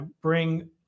bring